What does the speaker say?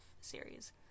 series